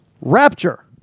rapture